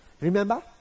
Remember